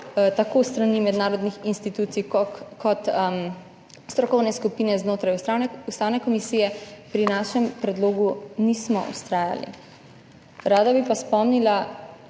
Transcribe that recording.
tako s strani mednarodnih institucij kot strokovne skupine znotraj Ustavne komisije, pri našem predlogu nismo vztrajali. Rada bi pa spomnila